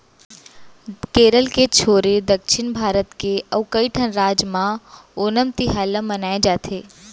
केरल के छोरे दक्छिन भारत के अउ कइठन राज म ओनम तिहार ल मनाए जाथे